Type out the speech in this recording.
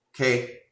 Okay